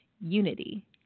Unity